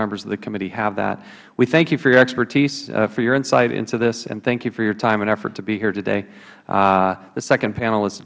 members of the committee have that we thank you for your expertise for your insight into this and thank you for your time and effort to be here today the second panel is